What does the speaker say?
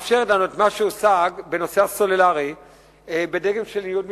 מאפשרת לנו את מה שהושג בנושא הסלולרי בדגם של ניוד מספרים,